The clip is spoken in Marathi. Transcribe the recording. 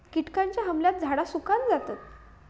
किटकांच्या हमल्यात झाडा सुकान जातत